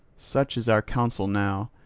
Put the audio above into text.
such is our counsel now,